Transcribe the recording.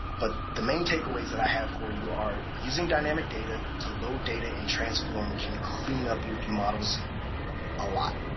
but the main takeaways that i have for you are using dynamic data to load data in transform can clean up your view models a lot.